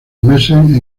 meses